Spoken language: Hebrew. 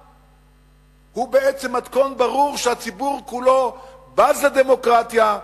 מזו הוא בעצם מתכון ברור לכך שהציבור כולו בז לדמוקרטיה,